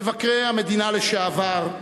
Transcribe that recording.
מבקרי המדינה לשעבר,